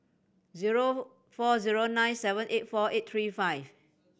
zero four zero nine seven eight four eight three five